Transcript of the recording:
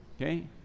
okay